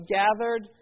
gathered